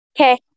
Okay